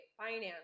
finance